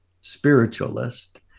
spiritualist